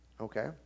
Okay